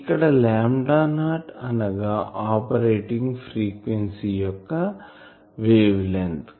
ఇక్కడ 0 అనగా operating frequency యొక్క వేవ్ లెంగ్త్